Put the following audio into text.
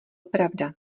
pravda